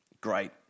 Great